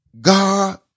God